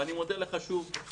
ואני מודה לך שוב, רם,